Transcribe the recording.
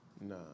Nah